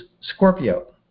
Scorpio